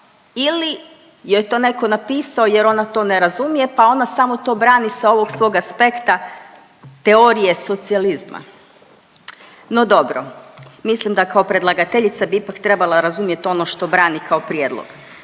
joj je to neko napisao jer ona to ne razumije, pa ona samo to brani sa ovog svog aspekta teorije socijalizma. No dobro, mislim da kao predlagateljica bi ipak trebala razumjet ono što brani kao prijedlog.